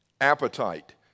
appetite